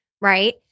Right